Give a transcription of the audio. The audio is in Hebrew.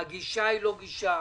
הגישה לא גישה.